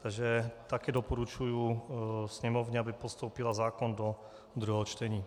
Takže také doporučuji sněmovně, aby postoupila zákon do druhého čtení.